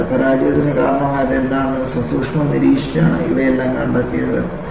അതിനാൽ പരാജയത്തിന് കാരണമായത് എന്താണെന്ന് സസൂക്ഷ്മം നിരീക്ഷിച്ചാണ് ഇവയെല്ലാം കണ്ടെത്തിയത്